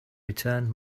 returned